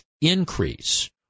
increase